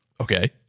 Okay